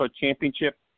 Championship